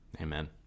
Amen